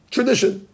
Tradition